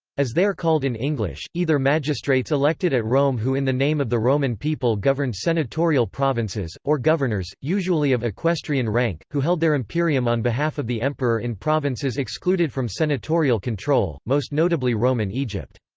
as they are called in english either magistrates elected at rome who in the name of the roman people governed senatorial provinces or governors, usually of equestrian rank, who held their imperium on behalf of the emperor in provinces excluded from senatorial control, most notably roman egypt.